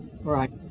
right